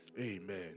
Amen